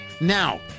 now